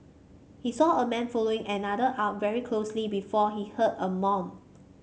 he saw a man following another are very closely before he heard a mom